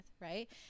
right